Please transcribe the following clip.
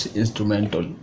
instrumental